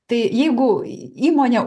tai jeigu įmonė